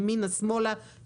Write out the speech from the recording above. ימינה ושמאלה,